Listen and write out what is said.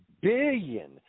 billion